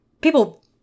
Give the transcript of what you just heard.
people